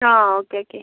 ആ okay okay